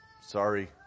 Sorry